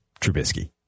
Trubisky